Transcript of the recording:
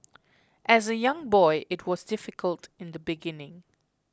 as a young boy it was difficult in the beginning